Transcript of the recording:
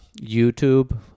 YouTube